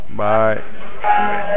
bye